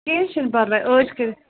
کیٚنہہ چھِنہٕ پرواے عأش کٔرِتھ